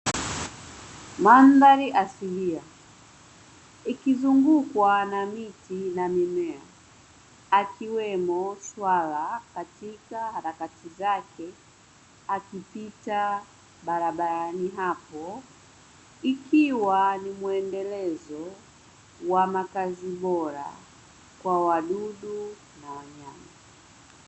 Mandhari asilia, ikizungukwa na miti na mimea, akiwemo swala katika harakati zake akipita barabarani hapo ikiwa ni mwendelezo wa makazi bora kwa wadudu na wanyama.